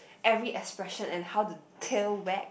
every expression and how the tail wag